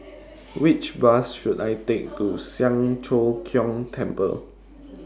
Which Bus should I Take to Siang Cho Keong Temple